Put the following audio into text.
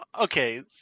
okay